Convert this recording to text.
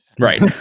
Right